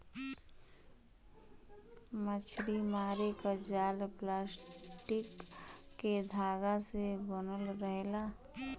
मछरी मारे क जाल प्लास्टिक के धागा से बनल रहेला